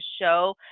show